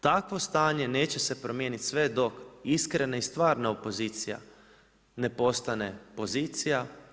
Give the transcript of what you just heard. Takvo stanje neće se promijeniti sve do iskrene i stvarne opozicija ne postane pozicija.